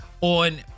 on